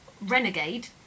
renegade